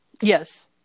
Yes